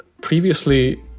previously